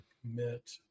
commit